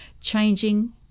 changing